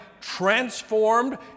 Transformed